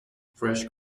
fresh